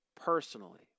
personally